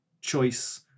choice